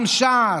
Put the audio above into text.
גם ש"ס,